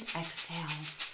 exhales